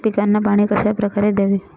पिकांना पाणी कशाप्रकारे द्यावे?